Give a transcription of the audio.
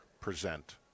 present